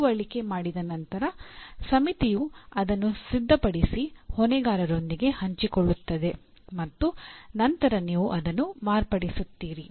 ಮಿದುವಳಿಕೆ ಮಾಡಿದ ನಂತರ ಸಮಿತಿಯು ಅದನ್ನು ಸಿದ್ಧಪಡಿಸಿ ಹೊಣೆಗಾರರೊಂದಿಗೆ ಹಂಚಿಕೊಳ್ಳುತ್ತದೆ ಮತ್ತು ನಂತರ ನೀವು ಅದನ್ನು ಮಾರ್ಪಡಿಸುತ್ತೀರಿ